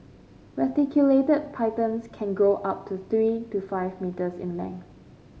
reticulated pythons can grow up to three to five metres in length